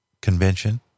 convention